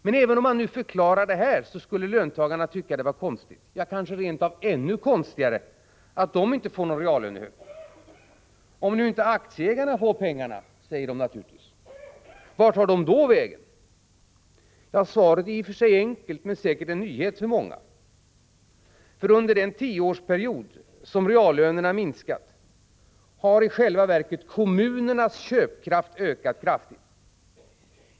Men även om detta nu förklaras skulle löntagarna tycka att det var konstigt —- ja, kanske rent av ännu konstigare — att de inte får någon reallöneökning. De säger naturligtvis: Om nu inte aktieägarna får pengarna, vart tar pengarna då vägen? Svaret är i och för sig enkelt men säkert en nyhet för många, för under den tioårsperiod som reallönerna minskat har i själva verket kommunernas köpkraft ökat kraftigt.